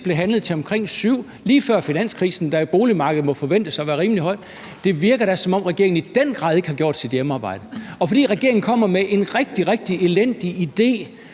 blev handlet til omkring 7 mio. kr. lige før finanskrisen, da priserne på boligmarkedet må forventes at have været rimelig høje. Det virker da, som om regeringen i den grad ikke har gjort sit hjemmearbejde. Selv om regeringen kommer med en rigtig, rigtig elendig idé